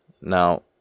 Now